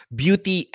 beauty